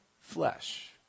flesh